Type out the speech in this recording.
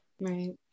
Right